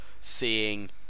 seeing